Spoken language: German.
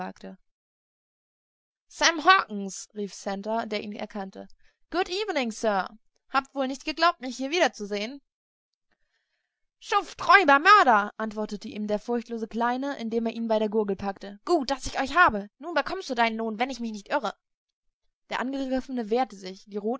sam hawkens rief santer der ihn erkannte good evening sir habt wohl nicht geglaubt mich hier wiederzusehen schuft räuber mörder antwortete ihm der furchtlose kleine indem er ihn bei der gurgel packte gut daß ich dich habe nun bekommst du deinen lohn wenn ich mich nicht irre der angegriffene wehrte sich